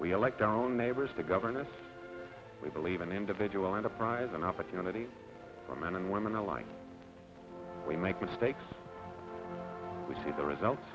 we elect our own neighbors the governess we believe in individual enterprise and opportunity for men and women alike we make mistakes we see the results